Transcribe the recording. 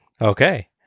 Okay